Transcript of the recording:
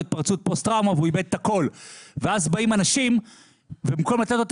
התפרצות פוסט טראומה והוא איבד את הכול ואז באים אנשים ובמקום לתת לו את